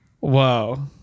wow